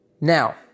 Now